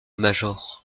major